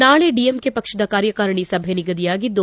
ನಾಳೆ ಡಿಎಂಕೆ ಪಕ್ಷದ ಕಾರ್ಯಕಾರಣಿ ಸಭೆ ನಿಗಧಿಯಾಗಿದ್ದು